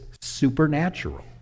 supernatural